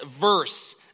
verse